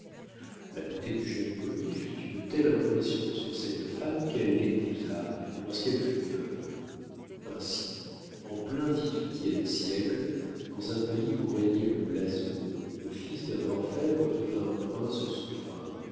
la beauté du jeune commis fit une telle impression sur cette femme qu'elle l'épousa lorsqu'elle fut veuve ainsi en plein dix-huitième siècle dans un pays où régnait le blason le fils d'un orfèvre devint prince souverain